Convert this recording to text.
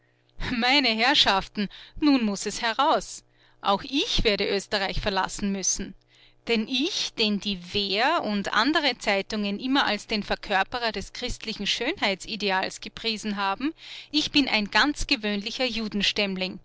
meine herrschaften nun muß es heraus auch ich werde oesterreich verlassen müssen denn ich den die wehr und andere zeitungen immer als den verkörperer des christlichen schönheitsideals gepriesen haben ich bin ein ganz gewöhnlicher